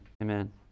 Amen